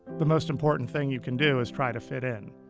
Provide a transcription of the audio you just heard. the most important thing you can do is try to fit in.